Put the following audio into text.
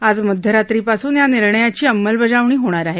आज मध्यरात्रीपासून या निर्णयाची अंमलबजावणी होणार आहे